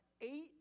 eight